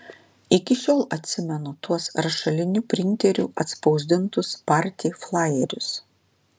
iki šiol atsimenu tuos rašaliniu printeriu atspausdintus party flajerius